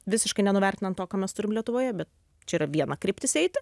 visiškai nenuvertinant to ką mes turim lietuvoje bet čia yra viena kryptis eiti